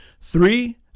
Three